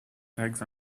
tags